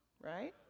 right